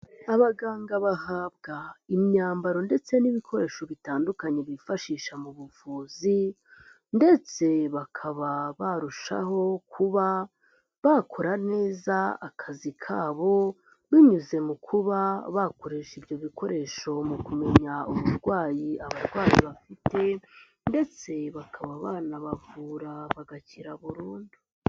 Abaganga bahabwa imyambaro ndetse n'ibikoresho bitandukanye bifashisha mu buvuzi, ndetse bakaba barushaho kuba bakora neza akazi kabo, binyuze mu kuba bakoresha ibyo bikoresho mu kumenya uburwayi abarwayi bafite, ndetse bakaba banabavura bagakira burundu.